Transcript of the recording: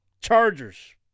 Chargers